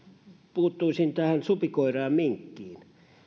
puuttuisin tähän supikoiraan ja minkkiin